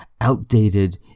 outdated